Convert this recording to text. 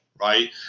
right